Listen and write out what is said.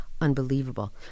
unbelievable